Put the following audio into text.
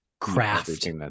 craft